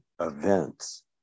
Events